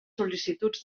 sol·licituds